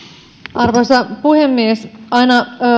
arvoisa puhemies aina